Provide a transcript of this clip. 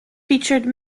featured